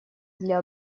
для